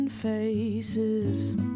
faces